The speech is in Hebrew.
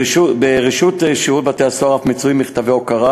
ברשות שירות בתי-הסוהר מכתבי הוקרה